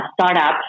startup